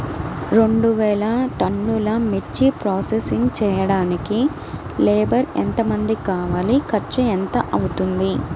రెండు వేలు టన్నుల మిర్చి ప్రోసెసింగ్ చేయడానికి లేబర్ ఎంతమంది కావాలి, ఖర్చు ఎంత అవుతుంది?